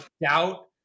doubt